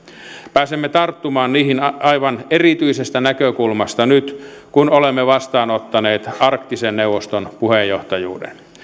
pääsemme tarttumaan niihin aivan erityisestä näkökulmasta nyt kun olemme vastaanottaneet arktisen neuvoston puheenjohtajuuden